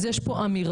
אז יש פה אמירה.